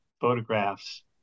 photographs